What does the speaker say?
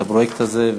את הכביש הזה,